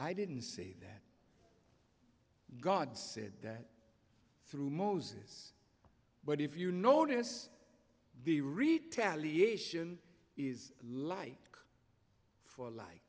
i didn't say that god said that through moses but if you notice the retaliation is like for like